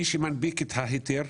מי שמנפיק את ההיתר,